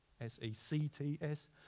S-E-C-T-S